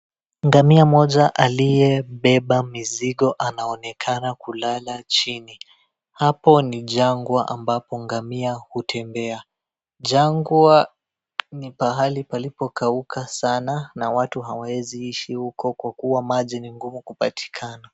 Ngamia moja aliyebeba mizigo anaonekana kulala chini, hapo ni jangwa ambapo ngamia hutembea. Jangwa ni pahali palipokauka sana na watu hawawezi kuishi huko kwa kuwa maji ni ngumu kupatikana.